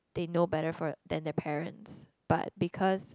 they know better for than their parents but because